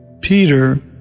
Peter